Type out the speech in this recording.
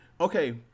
okay